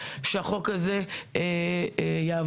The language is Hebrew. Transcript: שהחוק הזה יעבור.